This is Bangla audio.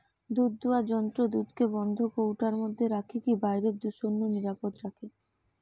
দুধদুয়ার যন্ত্র দুধকে বন্ধ কৌটার মধ্যে রখিকি বাইরের দূষণ নু নিরাপদ রখে